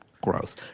growth